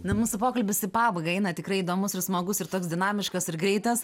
na mūsų pokalbis į pabaigą eina tikrai įdomus ir smagus ir toks dinamiškas ir greitas